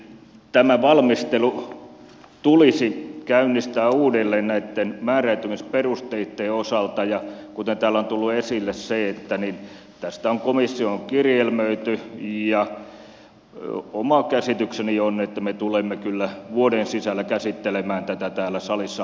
tämä valmistelu tulisi käynnistää uudelleen näitten määräytymisperusteitten osalta ja kuten täällä on tullut esille tästä on komissioon kirjelmöity ja oma käsitykseni on että me tulemme kyllä vuoden sisällä käsittelemään tätä täällä salissa uudelleen